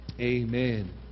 amen